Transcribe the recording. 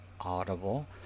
Audible